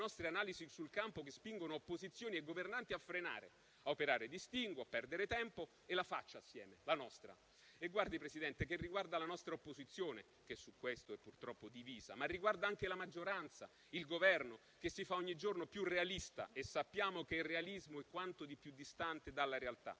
analisi sul campo spingono opposizioni e governanti a frenare, a operare distinguo, a perdere tempo e la faccia assieme, la nostra. Riguarda la nostra opposizione, Presidente, che su questo è purtroppo divisa, ma riguarda anche la maggioranza, il Governo che si fa ogni giorno più realista e sappiamo che il realismo è quanto di più distante dalla realtà.